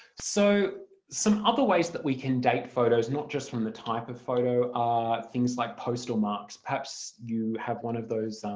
so some other ways that we can date photos, not just from the type of photo are things like postal marks. perhaps you have one of those